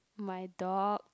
my dog